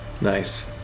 nice